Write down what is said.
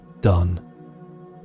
done